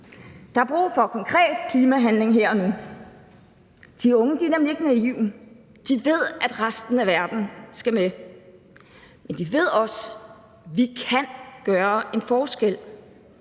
Der er brug for konkret klimahandling her og nu. De unge er nemlig ikke naive; de ved, at resten af verden skal med, men de ved også, at vi kan gøre en forskel,